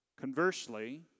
Conversely